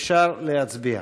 אפשר להצביע.